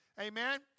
Amen